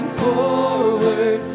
forward